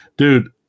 Dude